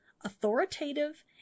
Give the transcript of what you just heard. authoritative